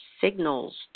signals